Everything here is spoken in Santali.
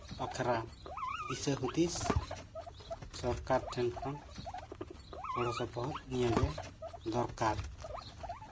ᱵᱟᱠᱷᱨᱟ ᱫᱤᱥᱟᱹ ᱦᱩᱫᱤᱥ ᱥᱚᱨᱠᱟᱨ ᱴᱷᱮᱱ ᱠᱷᱚᱱ ᱜᱚᱲᱚᱥᱚᱯᱚᱦᱚᱫ ᱱᱤᱭᱟᱹ ᱜᱮ ᱫᱚᱨᱠᱟᱨ